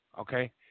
okay